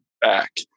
back